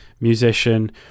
musician